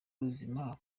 ubuzima